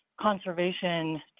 conservation